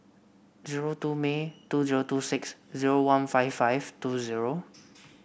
zero two May two zero two six zero one five five two zero